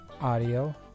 Audio